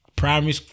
Primary